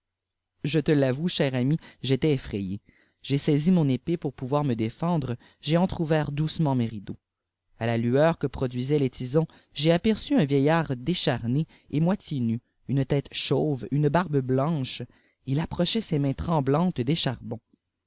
je te l'avoue cher ami j'étais effrayé j'ai saisi mon épée pour pouvoir me défendre j'ai enir'ouvert doucement mes rideaux a la lueur que produisaient les tisons j'ai aperçu un vieillard décharné et moitié nu une tête chauve une barbe blanche il approchait ses mains tremblantes des charbons